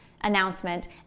announcement